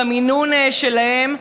במינון שלהם,